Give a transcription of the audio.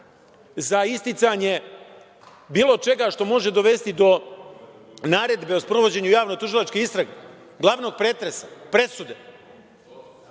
za isticanje bilo čega što može dovesti do naredbe o sprovođenju javnotužilačke istrage, glavnog pretresa, presude,